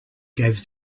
gave